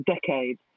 decades